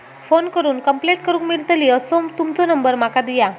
Phone करून complaint करूक मेलतली असो तुमचो नंबर माका दिया?